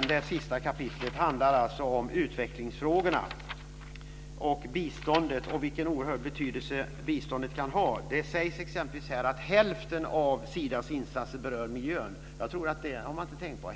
Det sista kapitlet handlar om utvecklingsfrågorna och biståndet, och om vilken oerhört stor betydelse biståndet kan ha. Det sägs exempelvis här att hälften av Sidas projektinsatser berör miljön. Det har man nog inte tänkt på!